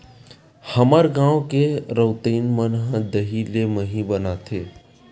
हमर गांव के रउतइन मन ह दही ले मही बनाथे